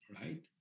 right